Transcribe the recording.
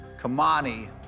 Kamani